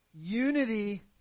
Unity